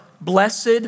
blessed